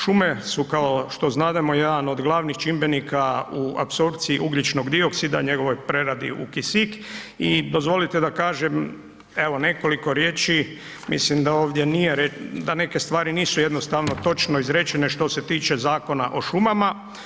Šume su, kao što znademo jedan od glavnih čimbenika u apsorpciji ugljičnog dioksida i njegove preradi u kisik i dozvolite da kažem evo, nekoliko riječi, mislim da ovdje nije, da neke stvari nisu jednostavno točno rečene što se tiče Zakona o šumama.